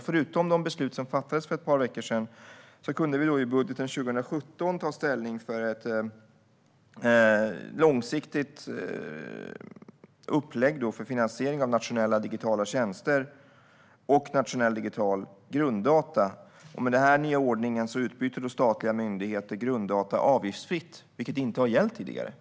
Förutom de beslut som fattades för ett par veckor sedan kunde vi i budgeten för 2017 ta ställning för ett långsiktigt upplägg för finansiering av nationella digitala tjänster och nationella digitala grunddata. Med den här nya ordningen utbyter statliga myndigheter grunddata avgiftsfritt, vilket inte har gällt tidigare.